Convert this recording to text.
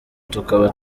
tukaba